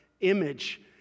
image